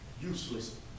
useless